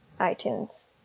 itunes